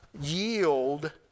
yield